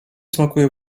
smakuje